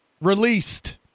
released